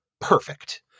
perfect